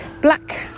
black